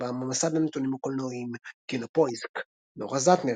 במסד הנתונים הקולנועיים KinoPoisk נורה זהטנר,